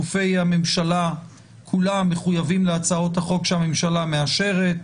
גופי הממשלה כולם מחויבים להצעות החוק שהממשלה מאשרת,